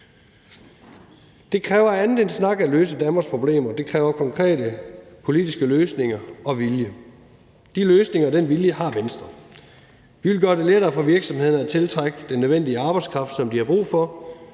Det kræver andet end snak at løse Danmarks problemer, det kræver konkrete politiske løsninger og vilje. De løsninger og den vilje har Venstre. Vi vil gøre det lettere for virksomhederne at tiltrække den arbejdskraft, som de har brug for: